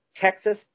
Texas